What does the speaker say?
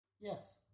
Yes